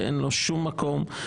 שאין לו שום מקום,